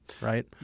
Right